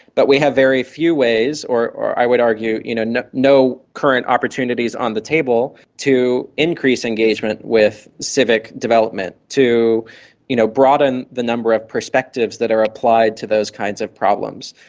but we have very few ways or or i would argue you know no no current opportunities on the table to increase engagement with civic development, to you know broaden the number of perspectives that are applied to those kinds of problems,